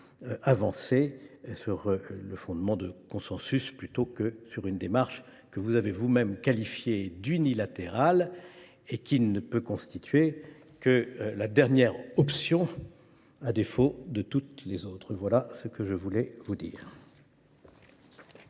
avancer sur le fondement d’un consensus plutôt qu’en nous appuyant sur une démarche que vous avez vous même qualifiée d’« unilatérale » et qui ne peut constituer que la dernière option, à défaut de toutes les autres. Voilà ce que je tenais à vous dire.